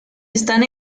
están